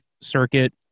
Circuit